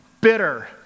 Bitter